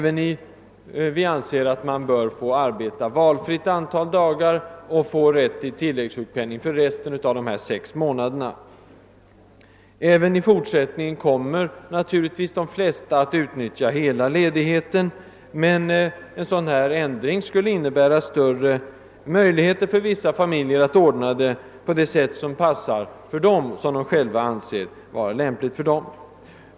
Enligt vår mening bör man få arbeta valfritt antal dagar och ändå ha rätt till tilläggssjukpenning för resten av de sex månaderna. Även i fortsättningen kommer säkerligen de flesta kvinnor att utnyttja hela ledigheten, men en sådan här ändring skulle innebära större möjligheter för vissa familjer att ordna på det sätt som de själva anser vara lämpligast.